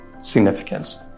significance